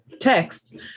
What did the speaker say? texts